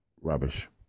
rubbish